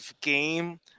game